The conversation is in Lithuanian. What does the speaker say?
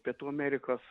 pietų amerikos